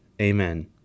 Amen